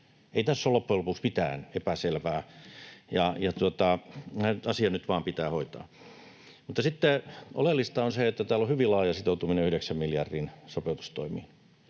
Ei tässä ole loppujen lopuksi mitään epäselvää. Asia nyt vaan pitää hoitaa. Mutta sitten oleellista on se, että täällä on hyvin laaja sitoutuminen yhdeksän miljardin sopeutustoimiin.